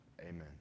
amen